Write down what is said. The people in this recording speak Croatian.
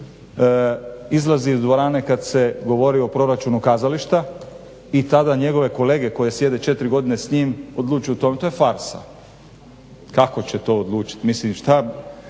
izlazi iz dvorane kada se govori o proračunu kazališta i tada njegove kolege koje sjede 4 godine s njim odlučuju. To je farsa. Kako će to odlučiti?